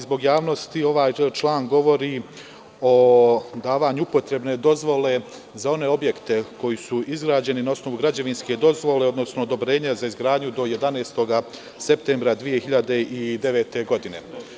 Zbog javnosti, ovaj član govori o davanju upotrebne dozvole za one objekte koji su izgrađeni na osnovu građevinske dozvole, odnosno odobrenja za izgradnju do 11. septembra 2009. godine.